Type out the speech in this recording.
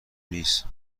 نیست